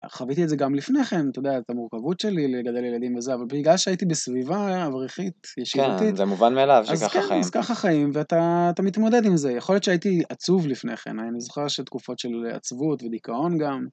חוויתי את זה גם לפני כן, אתה יודע, את המורכבות שלי לגדל ילדים וזה. אבל בגלל שהייתי בסביבה האברכית-ישיבתית... - כן, זה מובן מאליו, שככה חיים. - אז כן, אז ככה חיים, ואתה... אתה מתמודד עם זה. יכול להיות שהייתי עצוב לפני כן, אני זוכר איזש... תקופות של עצבות ודיכאון גם.